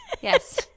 Yes